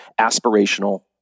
aspirational